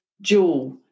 jewel